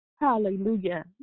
hallelujah